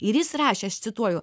ir jis rašė aš cituoju